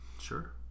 Sure